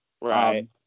right